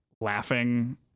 laughing